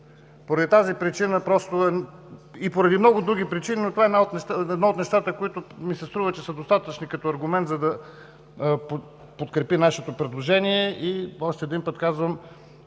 Поради тази и поради много други причини – това е едно от нещата, които ми се струва, че са достатъчни като аргумент, за да подкрепите нашето предложение, е, че се съобразяваме